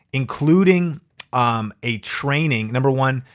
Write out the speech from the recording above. including um a training. number one,